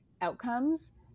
outcomes